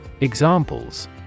Examples